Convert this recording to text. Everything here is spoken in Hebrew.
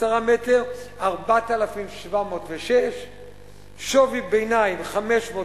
10 מטר, 4,706. שווי ביניים, 595,